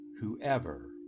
whoever